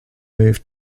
moved